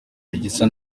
gisa